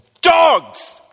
Dogs